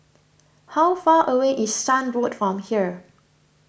how far away is Shan Road from here